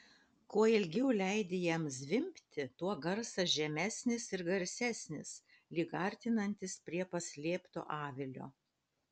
kuo ilgiau leidi jam zvimbti tuo garsas žemesnis ir garsesnis lyg artinantis prie paslėpto avilio